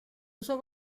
uso